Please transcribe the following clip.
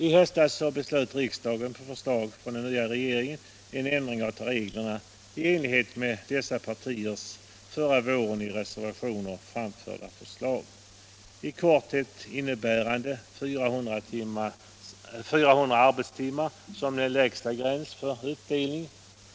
I höstas beslöt riksdagen på förslag från den nya regeringen en ändring av reglerna i enlighet med dessa partiers förra våren i reservationer framförda förslag, i korthet innebärande 400 arbetstimmar som lägsta gräns för uppdelning.